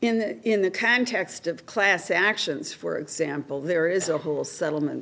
in the context of class actions for example there is a whole settlement